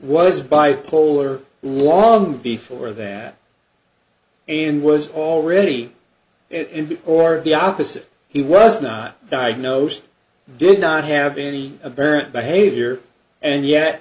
was bipolar long before that and was already in or the opposite he was not diagnosed did not have any of burnt behavior and yet